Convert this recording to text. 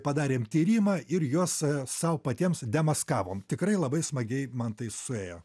padarėm tyrimą ir juos sau patiems demaskavom tikrai labai smagiai man tai suėjo